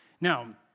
Now